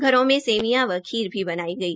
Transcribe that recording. घरों में सेवाईयां व खीर भी बनाई गई